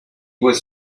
was